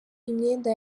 imyenda